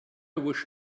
wish